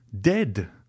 Dead